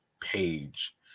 page